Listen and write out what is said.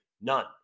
None